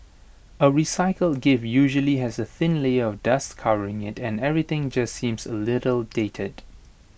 A recycled gift usually has A thin layer of dust covering IT and everything just seems A little dated